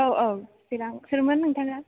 औ औ सिरां सोरमोन नोंथाङा